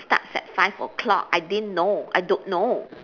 starts at five o-clock I didn't know I don't know